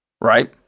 right